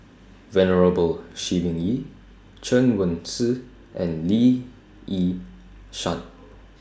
Venerable Shi Ming Yi Chen Wen Hsi and Lee Yi Shyan